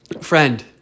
Friend